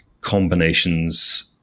combinations